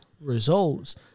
results